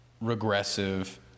regressive